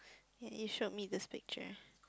you you showed me this picture